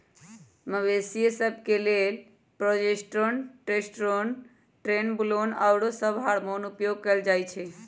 मवेशिय सभ के लेल प्रोजेस्टेरोन, टेस्टोस्टेरोन, ट्रेनबोलोन आउरो सभ हार्मोन उपयोग कयल जाइ छइ